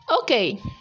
okay